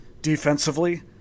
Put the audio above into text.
Defensively